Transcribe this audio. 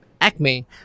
Acme